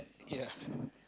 ya